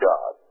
God